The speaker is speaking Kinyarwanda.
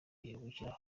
yungukira